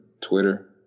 Twitter